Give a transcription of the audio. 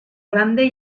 grande